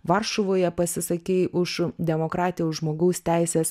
varšuvoje pasisakei už demokratiją už žmogaus teises